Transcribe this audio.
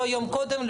לא יום קודם?